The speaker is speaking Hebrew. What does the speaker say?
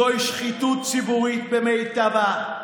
זוהי שחיתות ציבורית במיטבה.